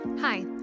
Hi